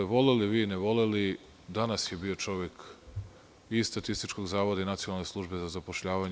Voleli vi ili ne voleli, danas je bio čovek iz Statističkog zavoda i Nacionalne službe za zapošljavanje.